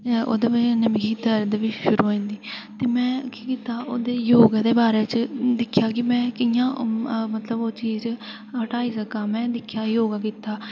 ओह्दी बजह कन्नै मिगी दर्द बी शुरू होई जंदी ही ते में केह् कीता की ओह्दे योग दे बारै च दिक्खेआ की में कियां मतलब ओह् चीज़ हटाई सक्कां में दिक्खेआ में योगा कीता